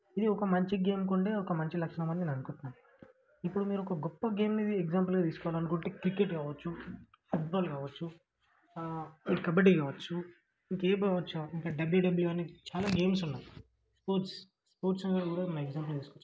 ఇదొక మంచి గేమ్కుండే ఒక మంచి లక్షణమని నేననుకుంటున్నాను ఇప్పుడు మీరు ఒక గొప్ప గేమ్ని ఎగ్జాంపుల్గా తీసుకోవాలనుకుంటే క్రికెట్ కావచ్చు ఫుట్బాల్ కావచ్చు కబడి కావచ్చు ఇంకేమవ్వచ్చు ఇంకా డబ్ల్యూ అని చాలా గేమ్స్ ఉన్నాయి స్పోర్ట్స్ స్పోర్ట్స్ని ఎగ్జాంపుల్గా తీసుకోవచ్చు ఈ